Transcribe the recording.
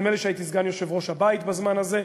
נדמה לי שהייתי סגן יושב-ראש הבית בזמן הזה,